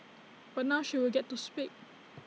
but now she will get to speak